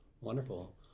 Wonderful